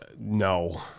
No